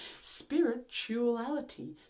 Spirituality